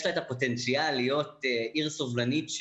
יש לה את הפוטנציאל להיות עיר סובלנית,